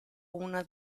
una